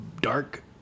dark